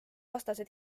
vastase